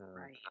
right